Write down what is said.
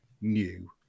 new